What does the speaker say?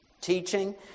teaching